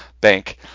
Bank